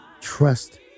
trust